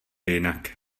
jinak